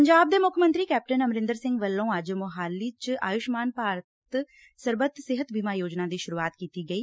ਪੰਜਾਬ ਦੇ ਮੁੱਖ ਮੰਤਰੀ ਕੈਪਟਨ ਅਮਰਿੰਦਰ ਸਿੰਘ ਵੱਲੋਂ ਅੱਜ ਮੋਹਾਲੀ ਚ ਆਯੂਸ਼ਮਾਨ ਭਾਰਤ ਸਰੱਬਤ ਸਿਹਤ ਬੀਮਾ ਯੋਜਨਾ ਦੀ ਸੂਰੁਆਤ ਕੀਤੀ ਗਈ